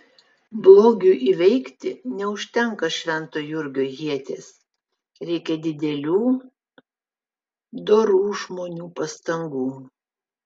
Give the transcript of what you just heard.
blogiui įveikti neužtenka švento jurgio ieties reikia didelių dorų žmonių pastangų